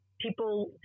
people